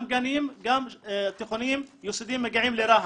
גם גנים, גם תיכונים, יסודיים מגיעים לרהט.